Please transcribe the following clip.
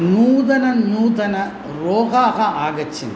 नूतन नूतन रोगाः आगच्छन्ति